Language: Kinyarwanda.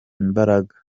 imbaraga